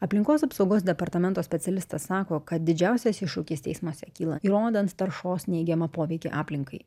aplinkos apsaugos departamento specialistas sako kad didžiausias iššūkis teismuose kyla įrodant taršos neigiamą poveikį aplinkai